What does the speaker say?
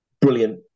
Brilliant